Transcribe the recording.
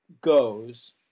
goes